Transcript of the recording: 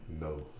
No